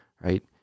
right